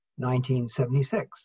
1976